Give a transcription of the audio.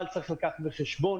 אבל צריך לקחת בחשבון,